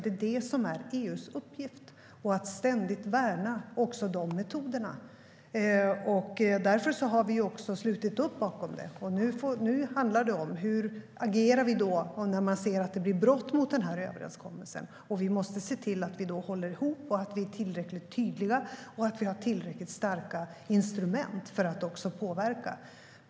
Det är det som är EU:s uppgift, liksom att ständigt värna också de metoderna. Därför har vi också slutit upp bakom det. Nu handlar det om hur vi agerar när vi ser brott mot den här överenskommelsen. Vi måste se till att vi då håller ihop, är tillräckligt tydliga och har tillräckligt starka instrument för att också påverka.